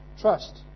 trust